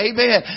Amen